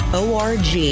org